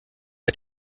hat